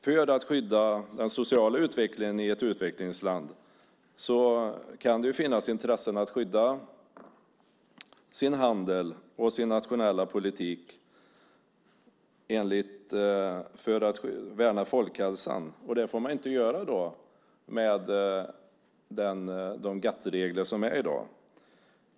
För att skydda den sociala utvecklingen i ett utvecklingsland kan det finnas intresse för att skydda sin handel och sin nationella politik för att värna folkhälsan. Och det får man inte göra med de GATS-regler som finns i dag.